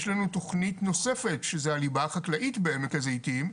יש לנו תכנית נוספת שזו הליבה החקלאית בעמק הזיתים,